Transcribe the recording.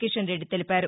కిషన్రెడ్డి తెలిపారు